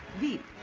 veep,